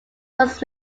was